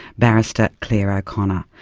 barrister claire o'connor.